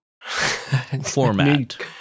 Format